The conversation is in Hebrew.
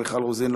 מיכל רוזין,